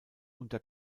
unter